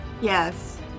Yes